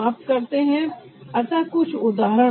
अतः colour combination एक चित्ताकर्षक आदत है जो हम विकसित करते हैं